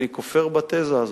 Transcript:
אני כופר בתזה הזאת.